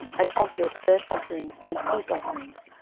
and offered burnt offerings and peace offerings,